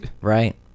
Right